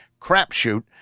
crapshoot